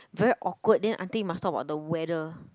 very awkward then until must talk about the weather